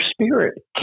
spirit